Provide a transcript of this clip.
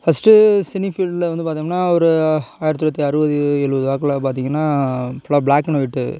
first cine ஃபீல்டில் வந்து பார்த்தோம்னா ஒரு ஆயிரத்து தொள்ளாயிரத்து அறுபது எழுபது வாக்கில பார்த்திங்கனா ஃபுல்லாக ப்ளாக் அண்ட் ஒயிட்டு